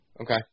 Okay